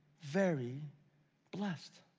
very blessed.